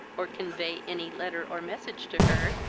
or convey any letter or message to her,